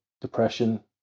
depression